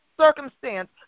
circumstance